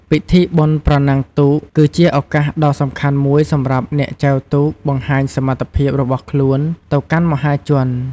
ពិធីបុណ្យប្រណាំងទូកគឺជាឱកាសដ៏សំខាន់មួយសម្រាប់អ្នកចែវទូកបង្ហាញសមត្ថភាពរបស់ខ្លួនទៅកាន់មហាជន។